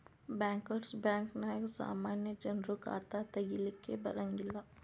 bankers ಬ್ಯಾಂಕ ನ್ಯಾಗ ಸಾಮಾನ್ಯ ಜನ್ರು ಖಾತಾ ತಗಿಲಿಕ್ಕೆ ಬರಂಗಿಲ್ಲಾ